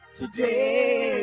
today